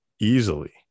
Easily